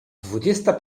dwudziesta